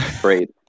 great